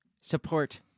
support